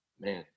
man